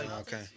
Okay